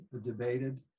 debated